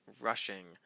rushing